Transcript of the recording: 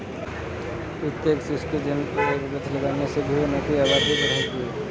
प्रत्येक शिशु के जन्म पर एक वृक्ष लगाने से भी वनों की आबादी बढ़ेगी